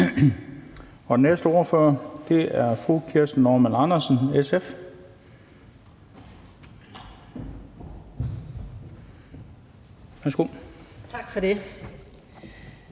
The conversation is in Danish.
Den næste ordfører er fru Kirsten Normann Andersen, SF. Værsgo. Kl.